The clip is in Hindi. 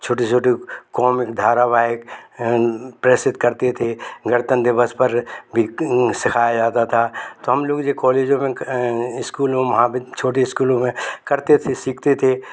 छोटे छोटे कॉमिक धारावाहिक प्रदर्शित करते थे गणतंत्र दिवस पर भी सिखाया जाता था तो हम लोग जो कॉलेजों में इस्कूलों महावि छोटी इस्कूलों में करते थे सीखते थे